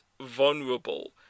vulnerable